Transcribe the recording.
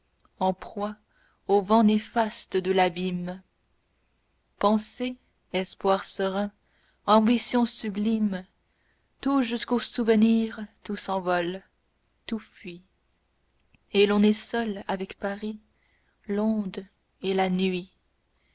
en proie aux vents néfastes de l'abîme pensée espoir serein ambition sublime tout jusqu'au souvenir tout s'envole tout fuit et l'on est seul avec paris l'onde et la nuit